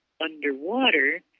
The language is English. underwater